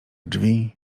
drzwi